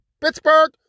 Pittsburgh